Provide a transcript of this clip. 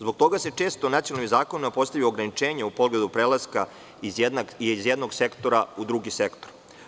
Zbog toga se često nacionalnim zakonima postavljaju ograničenja u pogledu prelaska iz jednog sektora u drugi sektor.